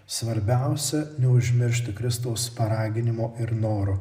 svarbiausia neužmiršti kristaus paraginimo ir noro